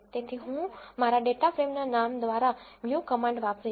તેથી હું મારા ડેટા ફ્રેમના નામ દ્વારા view કમાન્ડ વાપરીશ